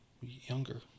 younger